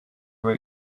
were